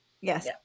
Yes